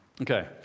Okay